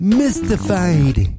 mystified